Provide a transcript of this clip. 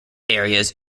areas